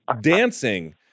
dancing